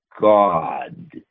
God